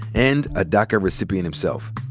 and a daca recipient himself.